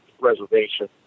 Reservation